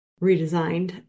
redesigned